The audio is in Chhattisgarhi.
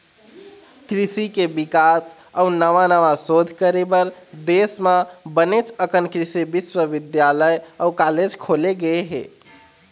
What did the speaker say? कृषि के बिकास अउ नवा नवा सोध करे बर देश म बनेच अकन कृषि बिस्वबिद्यालय अउ कॉलेज खोले गे हे